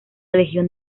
legión